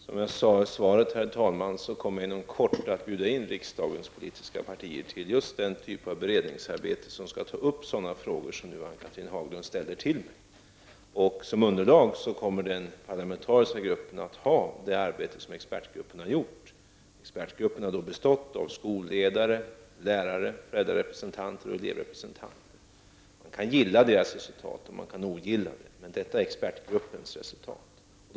Herr talman! Som jag sade i svaret kommer jag inom kort att bjuda in riksdagspartierna till just den typ av beredningsarbete där man skall ta upp sådana frågor som Ann-Cathrine Haglund nu ställer till mig. Som underlag kommer den parlamentariska gruppen att ha det arbete som expertgruppen har gjort. Expertgruppen har bestått av skolledare, lärare, föräldrarepresentanter och elevföreträdare. Man kan gilla deras resultat eller ogilla det, men det är det resultat som expertgruppen har lagt fram.